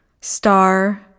Star